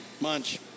Munch